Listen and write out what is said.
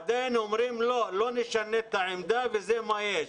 עדיין אומרים לא, לא נשנה את העמדה וזה מה יש,